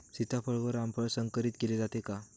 सीताफळ व रामफळ संकरित केले जाते का?